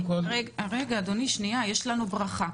רגע, אדוני שנייה, יש לנו ברכה.